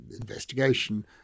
investigation